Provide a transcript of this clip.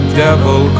devil